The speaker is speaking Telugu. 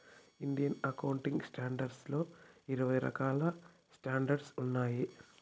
ఇండియన్ అకౌంటింగ్ స్టాండర్డ్స్ లో ఇరవై రకాల స్టాండర్డ్స్ ఉన్నాయి